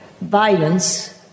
violence